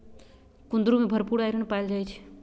कुंदरू में भरपूर आईरन पाएल जाई छई